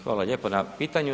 Hvala lijepo na pitanju.